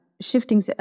shifting